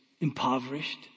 impoverished